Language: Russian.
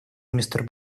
мистер